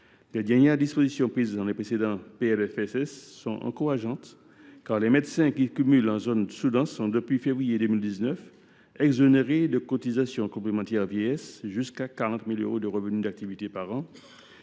Les dispositions prises dans les précédents PLFSS sont encourageantes : les médecins qui cumulent en zone sous dense sont, depuis février 2019, exonérés de cotisations complémentaires vieillesse jusqu’à 40 000 euros de revenus d’activité par an.